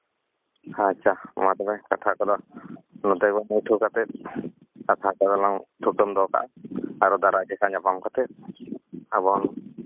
ᱟᱪᱪᱷᱟ ᱢᱟ ᱛᱚᱵᱮ ᱠᱟᱛᱷᱟ ᱠᱚᱫᱚ ᱠᱟᱛᱷᱟ ᱠᱚᱜᱮ ᱞᱟᱝ ᱛᱷᱩᱠᱩᱢ ᱫᱚᱦᱚ ᱠᱟᱜᱼᱟ ᱟᱨᱚ ᱫᱟᱨᱟᱭ ᱡᱚᱠᱷᱟᱱ ᱧᱟᱯᱟᱢ ᱠᱟᱛᱮᱫ ᱟᱵᱚᱱ